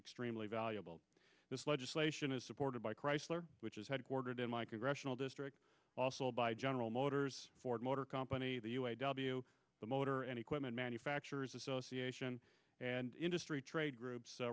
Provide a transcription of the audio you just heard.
extremely valuable this legislation is supported by chrysler which is headquartered in my congressional district also by general motors ford motor company the u a w the motor any quit manufacturers association and industry trade groups